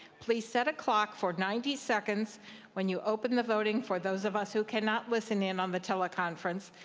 please set a clock for ninety seconds when you open the voting for those of us who cannot listen in on the teleconference.